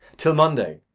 till monday.